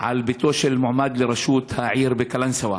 על ביתו של מועמד לראשות העיר בקלנסווה,